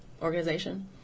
Organization